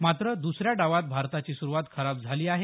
मात्र दुसऱ्या डावात भारताची सुरूवात खराब झाली आहे